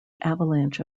avalanche